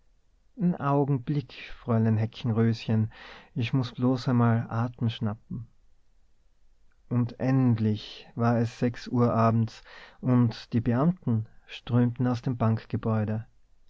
n augenblick fräulein heckenröschen ich muß bloß emal atem schnappen und endlich war es sechs uhr abends und die beamten strömten aus dem